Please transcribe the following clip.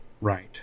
Right